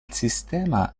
sistema